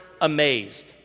amazed